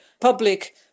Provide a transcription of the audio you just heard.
public